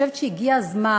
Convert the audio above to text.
הגיע הזמן,